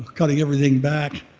cutting everything back.